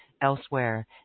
elsewhere